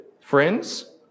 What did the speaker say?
Friends